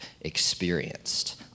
experienced